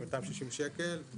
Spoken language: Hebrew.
260 שקל,